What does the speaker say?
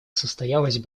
состоялась